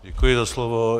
Děkuji za slovo.